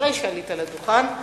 אחרי שעלית לדוכן,